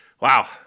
Wow